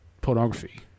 pornography